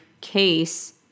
case